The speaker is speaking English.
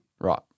Right